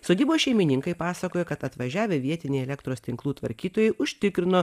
sodybos šeimininkai pasakojo kad atvažiavę vietiniai elektros tinklų tvarkytojai užtikrino